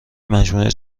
مجموعه